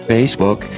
Facebook